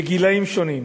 בגילים שונים,